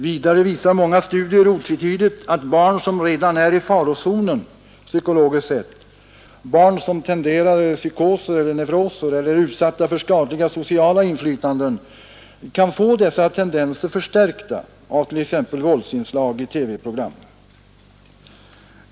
Vidare visar många studier otvetydigt att barn som redan är i farozonen psykologiskt sett, barn som tenderar mot psykoser eller neuroser eller är utsatta för skadliga sociala inflytanden kan få dessa tendenser förstärkta av t.ex. våldsinslag i TV-program.